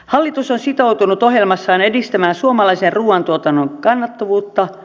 hallitus on sitoutunut ohjelmassaan edistämään suomalaisen ruuantuotannon kannattavuutta